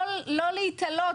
לא רק על חיילים,